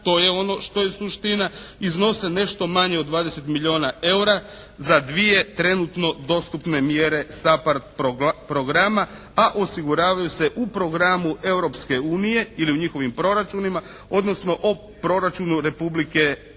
To je ono što je suština. Iznose nešto manje od 20 milijuna eura za dvije trenutno dostupne mjere SAPARD programa, a osiguravaju se u programu Europske unije ili u njihovim proračunima, odnosno o proračunu Republike